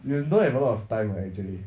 you don't have a lot of time like actually